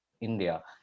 India